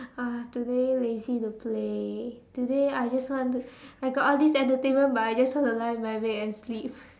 uh today lazy to play today I just want to I got all this entertainment but I just want to lie in my bed and sleep